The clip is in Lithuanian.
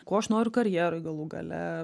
ko aš noriu karjeroj galų gale